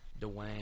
Dwayne